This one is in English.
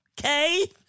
okay